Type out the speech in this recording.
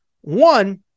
One